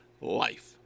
life